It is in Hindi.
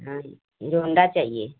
हीरो होंडा चाहिए